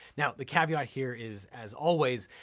now the caveat here is, as always,